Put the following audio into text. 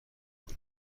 سکوت